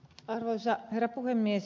arvoisa herra puhemies